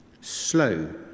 slow